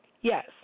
Yes